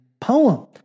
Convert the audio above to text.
poem